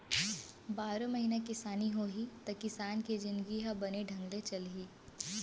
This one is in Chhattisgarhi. बारो महिना किसानी होही त किसान के जिनगी ह बने ढंग ले चलही